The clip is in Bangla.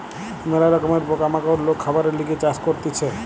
ম্যালা রকমের পোকা মাকড় লোক খাবারের লিগে চাষ করতিছে